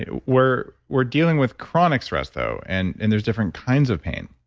yeah we're we're dealing with chronic stress though and and there's different kinds of pain.